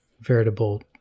veritable